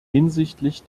hinsichtlich